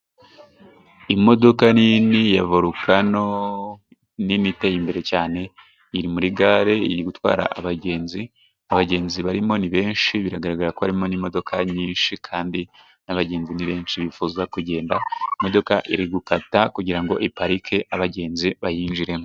Imodoka nini ya volukano nini iteye imbere cyane iri muri gare iri gutwara abagenzi, abagenzi barimo ni benshi biragaragara ko harimo n'imodoka nyinshi kandi n'abagenzi ni benshi bifuza kugenda. Imodoka iri gukata kugirango iparike abagenzi bayinjiremo.